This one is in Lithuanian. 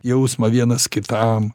jausmą vienas kitam